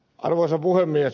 arvoisa puhemies